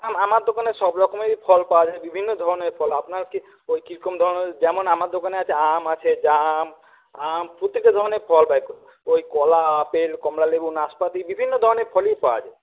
আমার দোকানে সব রকমেরই ফল পাওয়া যায় বিভিন্ন ধরনের ফল আপনার কি ওই কীরকম ধরনের যেমন আমার দোকানে আছে আম আছে জাম আম প্রত্যেকটা ধরনের ফল ওই কলা আপেল কমলালেবু নাসপাতি বিভিন্ন ধরনের ফলই পাওয়া যায়